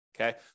Okay